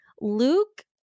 Luke